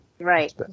right